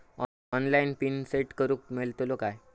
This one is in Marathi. ऑनलाइन पिन सेट करूक मेलतलो काय?